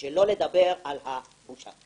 אילן בדרך כלל אומר שהוא מוצא מקומות של זיוף